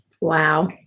Wow